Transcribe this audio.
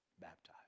baptized